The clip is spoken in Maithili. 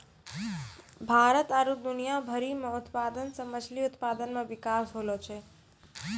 भारत आरु दुनिया भरि मे उत्पादन से मछली उत्पादन मे बिकास होलो छै